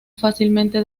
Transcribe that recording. fácilmente